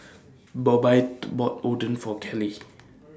Bobbye bought Oden For Caleigh